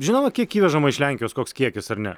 žinoma kiek įvežama iš lenkijos koks kiekis ar ne